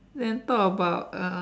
then talk about